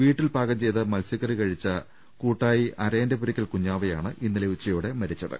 വീട്ടിൽ പാകം ചെയ്ത മത്സ്യക്കറി കഴിച്ച കൂട്ടായി അരയന്റെപുരയ്ക്കൽ കുഞ്ഞാവയാണ് ഇന്നലെ ഉച്ചുയോടെ മരിച്ചത്